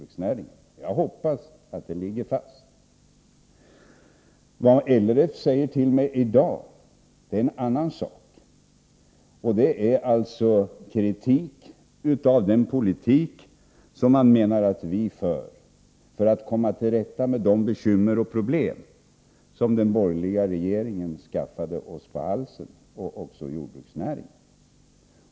Jag hoppas att det ligger fast. Vad LRF säger till mig i dag är en annan sak. Det är kritik av den politik som man menar att vi för för att komma till rätta med de bekymmer och problem som den borgerliga regeringen skaffade oss och jordbruksnäringen på halsen.